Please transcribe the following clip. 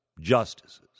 justices